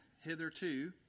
hitherto